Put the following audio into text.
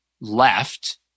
left